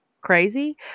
crazy